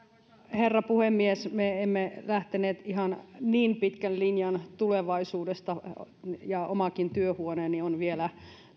herra puhemies me emme lähteneet ihan niin pitkän linjan tulevaisuudesta omakin työhuoneeni on vielä